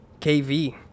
KV